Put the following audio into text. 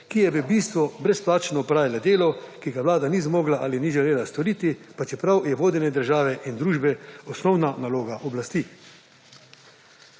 ki je v bistvu brezplačno opravila delo, ki ga vlada ni zmogla ali ni želela storiti, pa čeprav je vodenje države in družbe osnovna naloga oblasti.